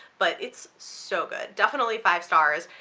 but it's so good, definitely five stars.